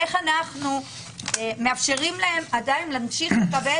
איך אנחנו מאפשרים להם עדיין להמשיך לקבל